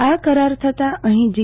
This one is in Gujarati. આ કરાર થતા અહી જી